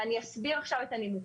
ואסביר עכשיו את הנימוקים.